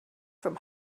from